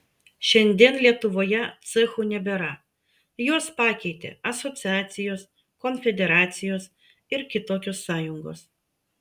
šiandien lietuvoje cechų nebėra juos pakeitė asociacijos konfederacijos ir kitokios sąjungos